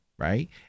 Right